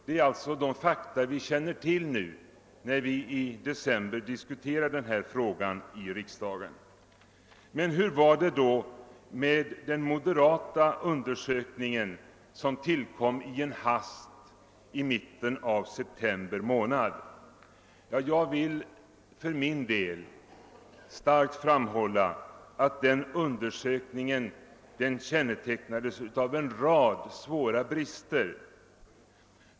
Det är alltså dessa fakta vi känner till nu, när vi i december diskuterar denna fråga i riksdagen. Men hur var det då med den moderata undersökningen som tillkom i en hast i mitten av september månad? Jag vill för min del framhålla, att den undersökningen kännetecknades av en rad svåra brister.